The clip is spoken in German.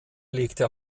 legte